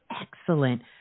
excellent